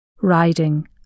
riding